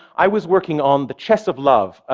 i was working on the chess of love,